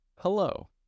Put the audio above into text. Hello